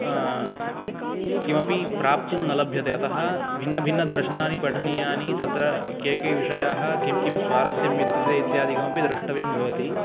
किमपि प्राप्तुं न लभ्यते अतः भिन्नभिन्नदर्शनानि पठनीयानि तत्र के के विषयाः किं किं स्वारस्यम् इत्यत्र इत्यादिकम् अपि द्रष्टव्यं भवति